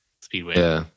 Speedway